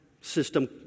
system